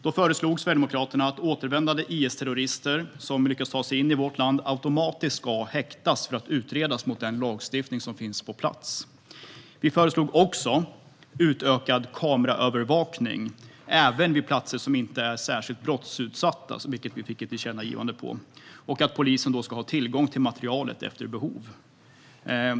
Då föreslog Sverigedemokraterna att återvändande IS-terrorister som lyckats ta sig in i vårt land automatiskt ska häktas för att utredas mot den lagstiftning som finns på plats. Vi föreslog också utökad kameraövervakning även vid platser som inte är särskilt brottsutsatta, vilket vi fick ett tillkännagivande om, och att polisen ska ha tillgång till materialet efter behov.